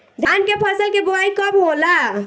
धान के फ़सल के बोआई कब होला?